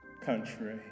country